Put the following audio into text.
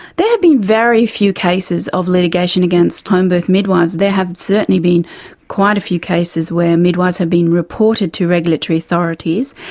there have been very few cases of litigation against homebirth midwives. there have certainly been quite a few cases where midwives have been reported to regulatory authorities.